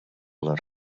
les